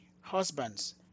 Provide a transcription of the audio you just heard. husbands